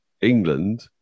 England